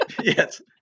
Yes